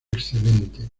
excelente